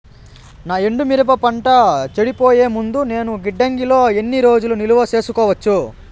నా ఎండు మిరప పంట చెడిపోయే ముందు నేను గిడ్డంగి లో ఎన్ని రోజులు నిలువ సేసుకోవచ్చు?